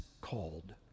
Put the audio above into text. called